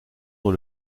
dans